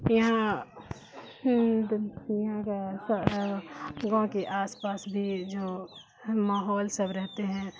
کہ یہاں ہوں یہاں کا گاؤں کے آس پاس بھی جو ماحول سب رہتے ہیں